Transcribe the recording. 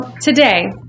today